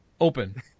open